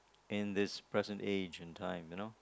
in this present age and time you know